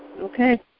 Okay